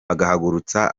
abahutu